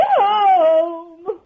home